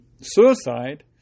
suicide